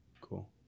Cool